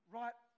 right